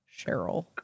Cheryl